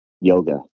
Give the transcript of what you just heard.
yoga